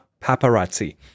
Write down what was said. paparazzi